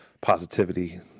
positivity